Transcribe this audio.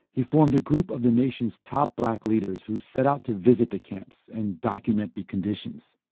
he formed a group of the nation's top black leaders who set out to visit the camps and document the conditions